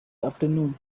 afternoon